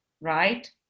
Right